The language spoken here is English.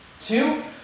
two